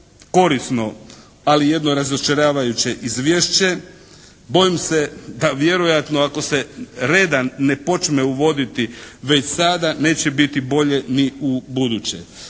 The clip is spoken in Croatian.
korisno ali jedno razočaravajuće izvješće. Bojim se da vjerojatno ako se reda ne počne uvoditi već sada neće biti bolje ni u buduće.